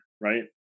Right